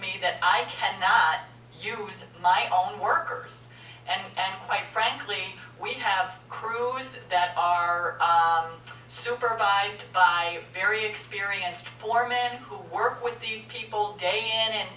me that i cannot use my own workers and quite frankly we have crews that are supervised by very experienced foremen who work with these people day in and